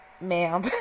ma'am